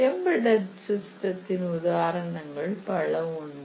எம்பெட்டெட்சிஸ்டத்தின் உதாரணங்கள் பல உண்டு